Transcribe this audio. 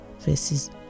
verses